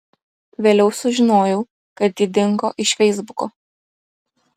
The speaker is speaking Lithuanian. vėliau sužinojau kad ji dingo iš feisbuko